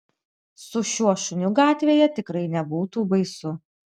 su šiuo šuniu gatvėje tikrai nebūtų baisu